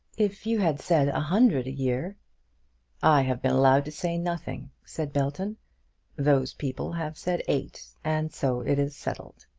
if you had said a hundred a year i have been allowed to say nothing, said belton those people have said eight and so it is settled.